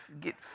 get